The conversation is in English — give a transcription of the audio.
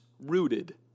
rooted